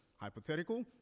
hypothetical